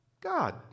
God